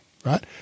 Right